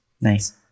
nice